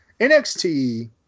NXT